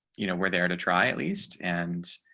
you know where they are to try at least and